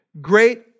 great